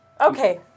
Okay